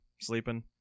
sleeping